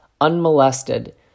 unmolested